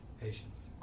Patience